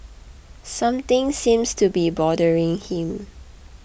something seems to be bothering him